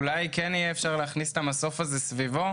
אולי כן יהיה אפשר להכניס את המסוף הזה סביבו,